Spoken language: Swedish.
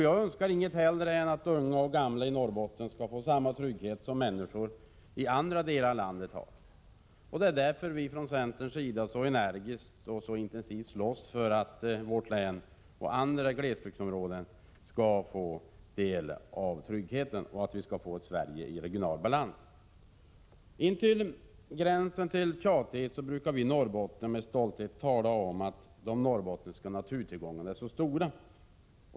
Jag önskar inget hellre än att unga och gamla i Norrbotten skall få samma trygghet som människor i andra delar av landet har. Det är därför vi från centerns sida så energiskt och intensivt slåss för att vårt län och andra glesbygdsområden skall få del av tryggheten och för att vi skall få ett Sverige med regional balans. Intill gränsen för tjatighet brukar vi i Norrbotten med stolthet tala om att de norrbottniska naturtillgångarna är så stora.